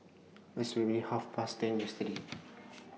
approximately Half Past ten yesterday